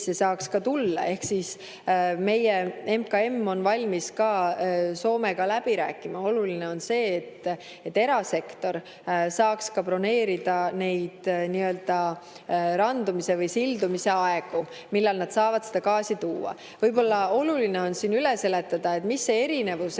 saaks tulla. Ehk meie MKM on valmis Soomega läbi rääkima. Oluline on see, et erasektor saaks broneerida neid randumise või sildumise aegu, millal nad saavad seda gaasi tuua. Võib-olla oluline on siin üle seletada, mis see erinevus